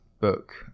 book